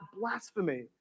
blasphemy